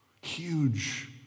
Huge